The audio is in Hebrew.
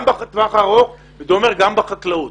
גם בטווח הארוך וזה אומר גם בחקלאות.